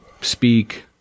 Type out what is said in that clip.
speak –